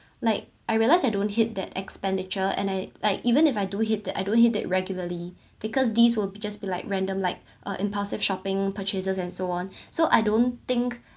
like I realise I don't hit that expenditure and I like even if I do hit that I don't hit that regularly because these will be just be like random like or impulsive shopping purchases and so on so I don't think